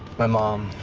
my mom,